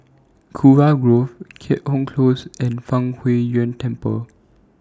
Kurau Grove Keat Hong Close and Fang Huo Yuan Temple